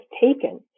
taken